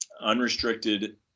unrestricted